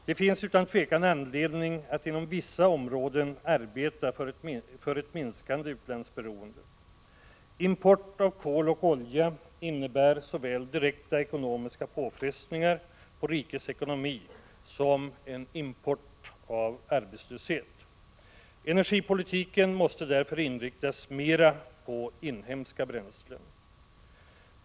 Det finns utan tvivel anledning att inom vissa områden arbeta för ett minskande utlandsberoende. Import av kol och olja innebär såväl direkta ekonomiska påfrestningar på rikets ekonomi som en import av arbetslöshet. Energipolitiken måste bl.a. därför mera inriktas på inhemska bränslen.